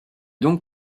donc